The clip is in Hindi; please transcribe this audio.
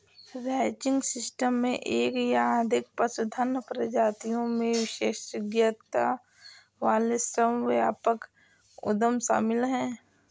रैंचिंग सिस्टम में एक या अधिक पशुधन प्रजातियों में विशेषज्ञता वाले श्रम व्यापक उद्यम शामिल हैं